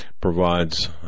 provides